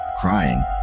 crying